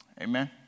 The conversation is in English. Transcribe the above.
Amen